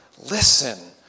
Listen